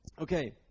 Okay